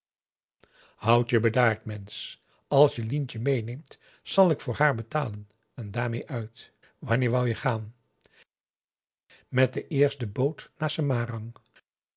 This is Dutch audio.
houd je bedaard mensch als je lientje meeneemt zal ik voor haar betalen en daarmee uit wanneer wou je gaan met de eerste boot naar semarang